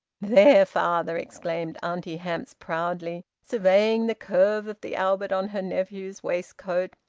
there, father! exclaimed auntie hamps proudly, surveying the curve of the albert on her nephew's waistcoat.